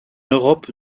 europe